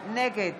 נגד